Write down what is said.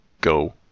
go